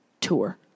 tour